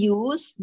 use